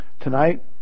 tonight